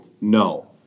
No